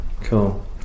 Cool